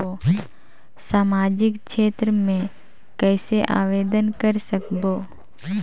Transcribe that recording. समाजिक क्षेत्र मे कइसे आवेदन कर सकबो?